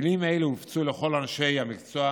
כלים אלו הופצו לכל אנשי המקצוע